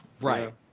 right